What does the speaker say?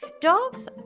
Dogs